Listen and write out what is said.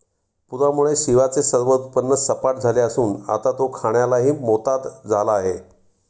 पूरामुळे शिवाचे सर्व उत्पन्न सपाट झाले असून आता तो खाण्यालाही मोताद झाला आहे